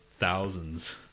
thousands